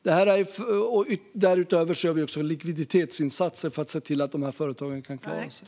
Därutöver kör vi likviditetsinsatser för att se till att dessa företag kan klara sig.